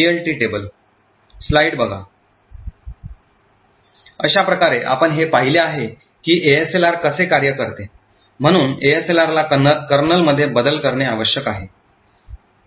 PLT table अशाप्रकारे आपण हे पाहिले आहे की ASLR कसे कार्य करते म्हणून ASLR ला कर्नलमध्ये बदल करणे आवश्यक आहे